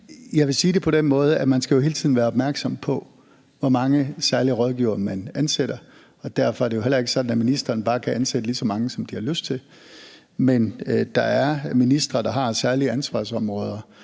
at man hele tiden skal være opmærksom på, hvor mange særlige rådgivere man ansætter, og derfor er det jo heller ikke sådan, at ministre bare kan ansætte lige så mange, som de har lyst til. Men der er ministre, der har særlige ansvarsområder